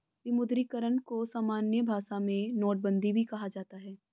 विमुद्रीकरण को सामान्य भाषा में नोटबन्दी भी कहा जाता है